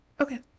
okay